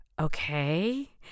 okay